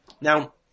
Now